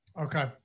Okay